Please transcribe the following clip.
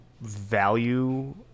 value